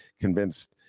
convinced